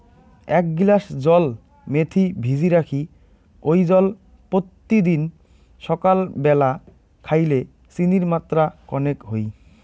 এ্যাক গিলাস জল মেথি ভিজি রাখি ওই জল পত্যিদিন সাকাল ব্যালা খাইলে চিনির মাত্রা কণেক হই